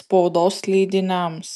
spaudos leidiniams